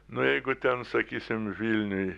nu jeigu ten sakysim vilniuj